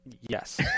Yes